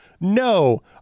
no